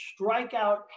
strikeout